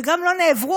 שגם לא נעברו,